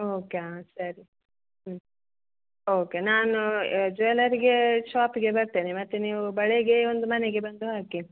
okay ಹಾಂ ಸರಿ ಹ್ಞೂ ಓಕೆ ನಾನು ಜುವೆಲರಿಗೆ ಶಾಪಿಗೆ ಬರ್ತೇನೆ ಮತ್ತು ನೀವು ಬಳೆಗೆ ಒಂದು ಮನೆಗೆ ಬಂದು ಹಾಕಿ